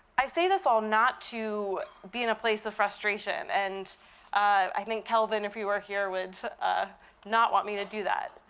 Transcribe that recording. i say this all not to be in a place of frustration and i think, kelvin, if he were here, would ah not want me to do that,